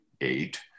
eight